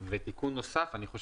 תיקון נוסף: לדעתי,